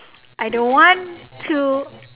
I don't want to